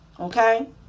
Okay